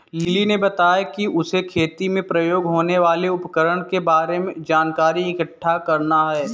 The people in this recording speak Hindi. लिली ने बताया कि उसे खेती में प्रयोग होने वाले उपकरण के बारे में जानकारी इकट्ठा करना है